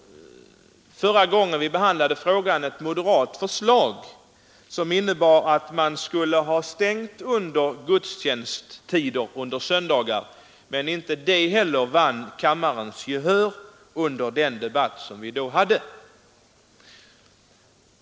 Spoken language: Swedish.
Förra gången vi behandlade frågan fanns det också ett moderat förslag som innebar att affärerna skulle ha stängt under gudstjänsttider under söndagar. Inte heller detta förslag vann gehör.